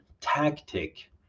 tactic